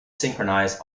synchronize